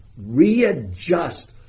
readjust